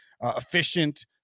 efficient